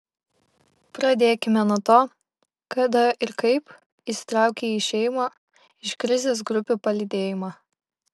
pradėkime nuo to kada ir kaip įsitraukei į išėjimo iš krizės grupių palydėjimą